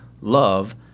love